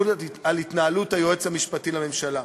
על התנהלות היועץ המשפטי לממשלה.